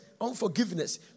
unforgiveness